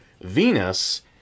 Venus